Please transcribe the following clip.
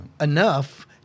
enough